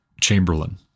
Chamberlain